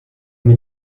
mir